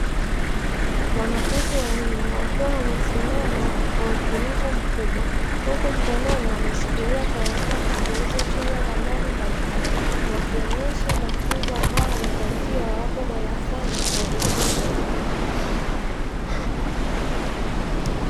Wanafunzi wanne wakiwa wamesimama kwa utulivu mkubwa, huku mkononi wameshikilia karatasi zilizochorwa ramani mbalimbali, wakionyesha mafunzo ambayo wanapatiwa hapo darasani kwa vitendo.